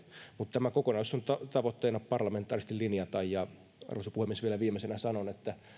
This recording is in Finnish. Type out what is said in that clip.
mutta tämä kokonaisuus on tavoitteena parlamentaarisesti linjata arvoisa puhemies vielä viimeisenä sanon että